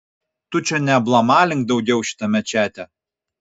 tu čia neablamalink daugiau šitame čate